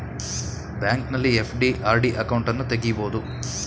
ಬ್ಯಾಂಕಲ್ಲಿ FD, RD ಅಕೌಂಟನ್ನು ತಗಿಬೋದು